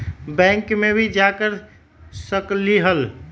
Bank में भी जमा कर सकलीहल?